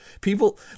people